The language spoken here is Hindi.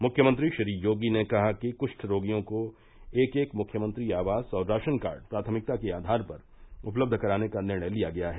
मुख्यमंत्री श्री योगी ने कहा कि कृष्ठ रोगियों को एक एक मुख्यमंत्री आवास और राशनकार्ड प्राथमिकता के आधार पर उपलब्ध कराने का निर्णय लिया गया है